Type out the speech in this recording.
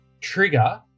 trigger